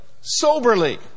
soberly